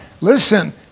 listen